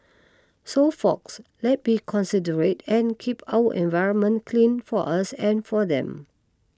so folks let's be considerate and keep our environment clean for us and for them